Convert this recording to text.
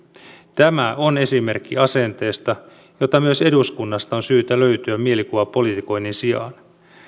tämä on esimerkki asenteesta jota myös eduskunnasta on syytä löytyä mielikuvapolitikoinnin sijaan